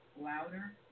louder